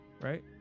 right